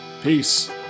Peace